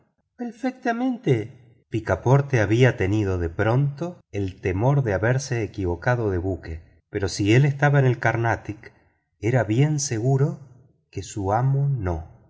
perfectamente picaporte había tenido de pronto el temor de haberse equivocado de buque pero si él estaba en el carnatic era bien seguro que su amo no